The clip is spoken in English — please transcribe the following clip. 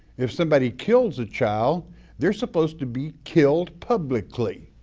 if somebody kills a child they're supposed to be killed publicly.